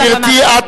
גברתי,